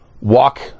walk